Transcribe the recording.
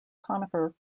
conifer